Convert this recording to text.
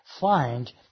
find